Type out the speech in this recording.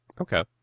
Okay